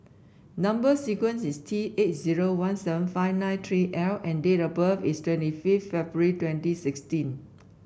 number sequence is T eight zero one seven five nine three L and date of birth is twenty fifth February twenty sixteen